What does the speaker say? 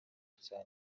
cyane